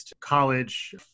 college